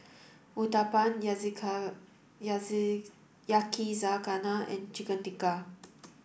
Uthapam Yakizakana and Chicken Tikka